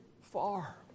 far